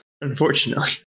Unfortunately